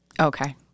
Okay